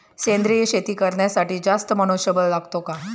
सेंद्रिय शेती करण्यासाठी जास्त मनुष्यबळ लागते का?